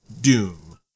Doom